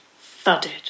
thudded